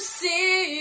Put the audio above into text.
see